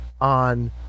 on